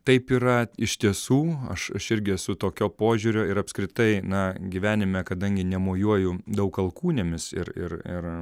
taip yra iš tiesų aš aš irgi esu tokio požiūrio ir apskritai na gyvenime kadangi nemojuoju daug alkūnėmis ir ir ir